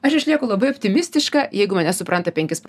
aš išlieku labai optimistiška jeigu mane supranta penkis